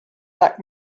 black